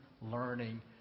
learning